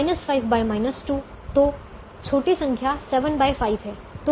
तो छोटी संख्या 75 है